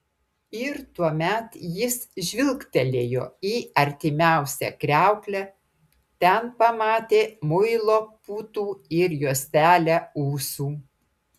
ir tuomet jis žvilgtelėjo į artimiausią kriauklę ten pamatė muilo putų ir juostelę ūsų